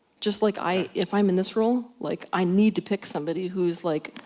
just like i, if i'm in this roll, like, i need to pick somebody who's like,